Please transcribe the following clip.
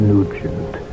Nugent